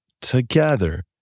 together